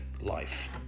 life